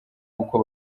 uko